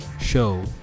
show